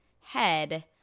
head